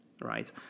Right